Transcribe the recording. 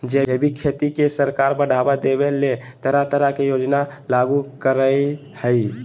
जैविक खेती के सरकार बढ़ाबा देबय ले तरह तरह के योजना लागू करई हई